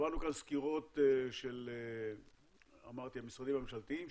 שמענו כאן סקירות של המשרדים הממשלתיים,